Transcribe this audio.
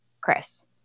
Chris